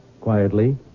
quietly